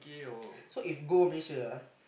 so if go Malaysia ah